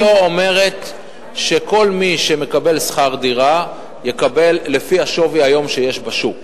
הצעת החוק שלו אומרת שכל מי שמקבל שכר דירה יקבל לפי השווי בשוק היום.